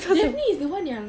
daphne is the one yang